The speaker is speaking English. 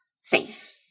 safe